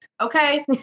Okay